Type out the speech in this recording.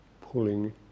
pulling